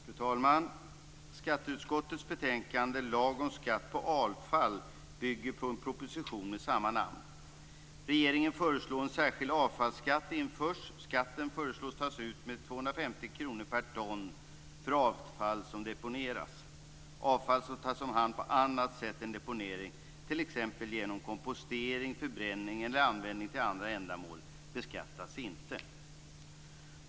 Fru talman! Skatteutskottets betänkande Lag om skatt på avfall bygger på en proposition med samma namn. Regeringen föreslår att en särskild avfallsskatt införs. Skatten föreslås tas ut med 250 kr per ton för avfall som deponeras. Avfall som tas om hand på annat sätt än deponering, t.ex. genom kompostering, förbränning eller användning till andra ändamål beskattas inte.